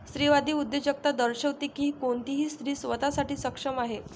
स्त्रीवादी उद्योजकता दर्शविते की कोणतीही स्त्री स्वतः साठी सक्षम आहे